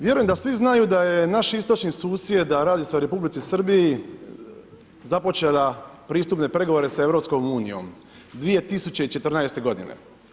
Vjerujem da svi znaju da je naš istočni susjed, a radi se o Republici Srbiji započela pristupne pregovore sa EU 2014. godine.